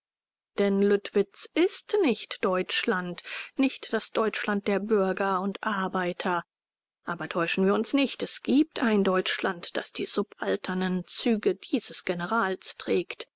denn lüttwitz ist nicht deutschland nicht das deutschland der bürger und arbeiter aber täuschen wir uns nicht es gibt ein deutschland das die subalternen züge dieses generals trägt